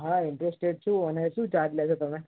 હા ઈન્ટ્રેસ્ટેડ છું અને શું ચાર્જ લેશો તમે